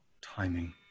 timing